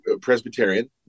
Presbyterian